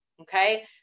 okay